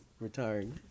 Retired